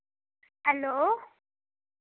hello